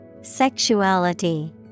Sexuality